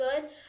good